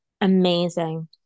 Amazing